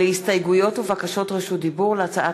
להסתייגויות ובקשות רשות דיבור להצעת